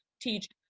teach